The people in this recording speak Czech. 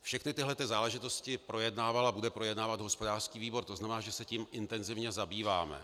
Všechny tyto záležitosti projednával a bude projednávat hospodářský výbor, to znamená, že se tím intenzivně zabýváme.